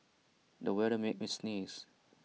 the weather made me sneeze